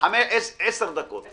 מה